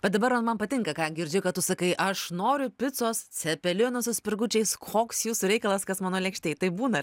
bet dabar vat man patinka ką girdžiu ką tu sakai aš noriu picos cepelinų su spirgučiais koks jūsų reikalas kas mano lėkštėj taip būna